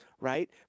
right